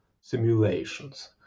simulations